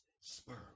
sperm